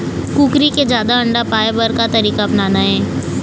कुकरी से जादा अंडा पाय बर का तरीका अपनाना ये?